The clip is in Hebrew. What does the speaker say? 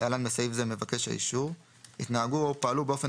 (להלן בסעיף זה - מבקש האישור) התנהגו או פעלו באופן